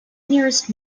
nearest